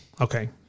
okay